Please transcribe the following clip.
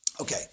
Okay